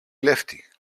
κλέφτη